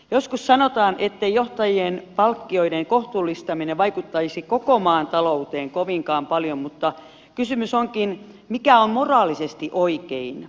joskus sanotaan ettei johtajien palkkioiden kohtuullistaminen vaikuttaisi koko maan talouteen kovinkaan paljon mutta kysymys onkin mikä on moraalisesti oikein